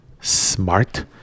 smart